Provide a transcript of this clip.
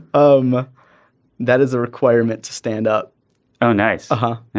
um that is a requirement to stand up oh nice huh. yeah.